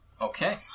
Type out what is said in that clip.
Okay